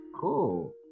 cool